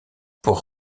pour